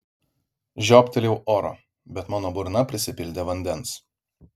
žiobtelėjau oro bet mano burna prisipildė vandens